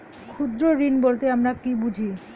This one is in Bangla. ক্ষুদ্র ঋণ বলতে আমরা কি বুঝি?